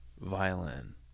violin